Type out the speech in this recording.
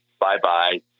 Bye-bye